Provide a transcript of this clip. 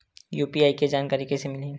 UPI के जानकारी कइसे मिलही?